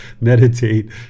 meditate